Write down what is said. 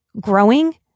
growing